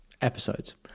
episodes